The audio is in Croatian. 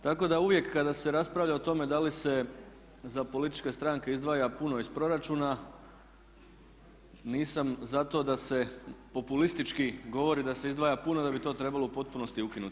Tako da uvijek kada se raspravlja o tome da li se za političke stranke izdvaja puno iz proračuna nisam za to da se populistički govori da se izdvaja puno i da bi to trebalo u potpunosti ukinuti.